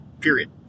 period